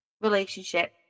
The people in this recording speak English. relationship